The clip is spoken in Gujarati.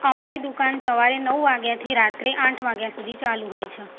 અમારી દુકાન સવારે નવ વાગ્યાથી રાત્રે આઠ વાગ્યા સુધી ચાલું હોય છે